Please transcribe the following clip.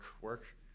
work